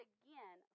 again